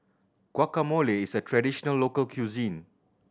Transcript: guacamole is a traditional local cuisine